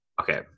okay